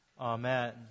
Amen